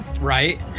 Right